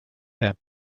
that